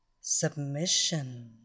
Submission